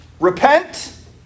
Repent